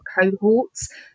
cohorts